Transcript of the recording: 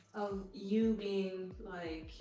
you being, like,